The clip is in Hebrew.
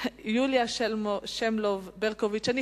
יוליה שמאלוב-ברקוביץ, לא נמצאים.